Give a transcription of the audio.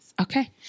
Okay